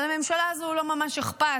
אבל לממשלה הזאת לא ממש אכפת.